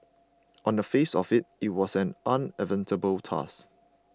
on the face of it it was an unenviable task